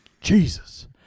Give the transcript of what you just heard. Jesus